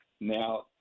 Now